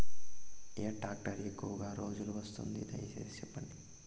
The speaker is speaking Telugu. ఏ టాక్టర్ ఎక్కువగా రోజులు వస్తుంది, దయసేసి చెప్పండి?